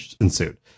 ensued